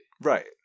Right